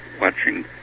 watching